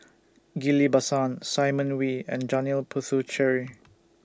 Ghillie BaSan Simon Wee and Janil Puthucheary